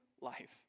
life